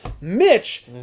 mitch